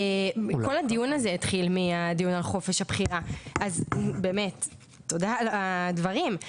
כל הדיון הזה התחיל מהדיון על חופש הבחירה אז תודה על הדברים.